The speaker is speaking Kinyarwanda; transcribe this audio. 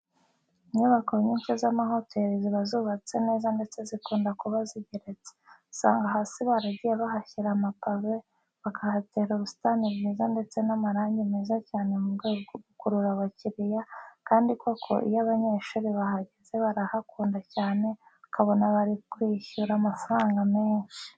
Inyubako nyinshi z'amahoteri ziba zubatse neza ndetse zikunda kuba zigeretse. Usanga hasi baragiye bahashyira amapave, bakahatera ubusitani bwiza ndetse n'amarangi meza cyane mu rwego rwo gukurura abakiriya, kandi koko iyo abanyeshuri bahageze barahakunda cyane ukabona bari kwishyura amafaranga menshi.